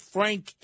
Frank